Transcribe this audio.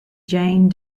jane